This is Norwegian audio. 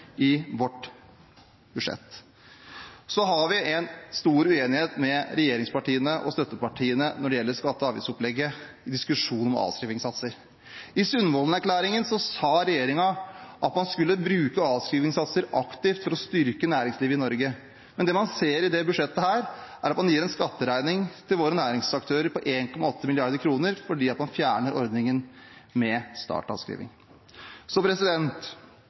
i vårt budsjett. Så har vi en stor uenighet med regjeringspartiene og støttepartiene når det gjelder skatte- og avgiftsopplegget – diskusjonen om avskrivingssatser. I Sundvolden-erklæringen sa regjeringen at man skulle bruke avskrivingssatser aktivt for å styrke næringslivet i Norge. Men det man ser i dette budsjettet, er at man gir en skatteregning til våre næringsaktører på 1,8 mrd. kr fordi man fjerner ordningen med